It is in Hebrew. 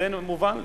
זה מובן לי.